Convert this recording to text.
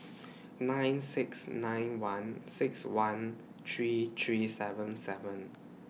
nine six nine one six one three three seven seven